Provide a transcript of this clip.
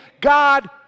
God